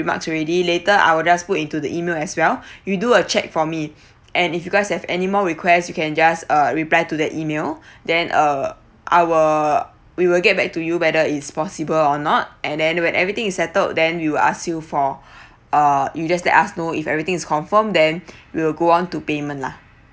remarks already later I will just put into the E-mail as well you do a check for me and if you guys have any more requests you can just uh reply to the E-mail then uh I'll we will get back to you whether it's possible or not and then when everything is settled then we will ask you for uh you just let us know if everything is confirm then we will go on to payment lah